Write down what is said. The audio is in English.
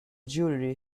jewelery